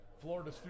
Florida